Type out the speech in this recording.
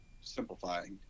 simplifying